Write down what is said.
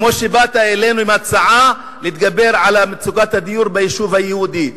כמו שבאת אלינו עם הצעה להתגבר על מצוקת הדיור ביישוב היהודי,